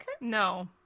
No